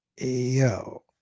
Yo